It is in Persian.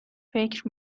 فکر